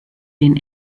den